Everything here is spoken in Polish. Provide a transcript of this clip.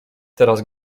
teraz